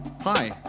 Hi